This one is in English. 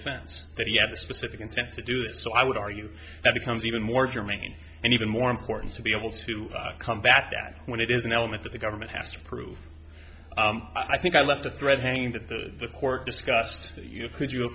defense that he had the specific intent to do it so i would argue that becomes even more germane and even more important to be able to combat that when it is an element that the government has to prove i think i left the thread hanging that the the court discussed you know could you